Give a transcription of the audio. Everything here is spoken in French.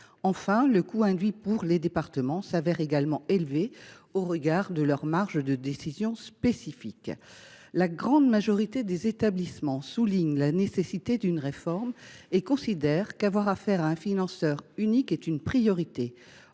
Enfin, le coût induit pour les départements est également élevé, au regard de leur marge de décision spécifique. La grande majorité des établissements soulignent la nécessité d’une réforme et considèrent que le fait d’avoir affaire à un financeur unique est une priorité.